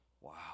Wow